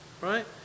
right